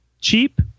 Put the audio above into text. cheap